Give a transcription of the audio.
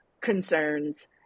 concerns